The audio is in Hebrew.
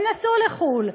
הם נסעו לחו"ל,